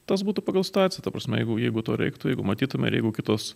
tas būtų pagal situaciją ta prasme jeigu jeigu to reiktų jeigu matytumėme ir jeigu kitos